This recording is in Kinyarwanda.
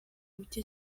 buke